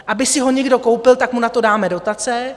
Aby si ho někdo koupil, tak mu na to dáme dotace.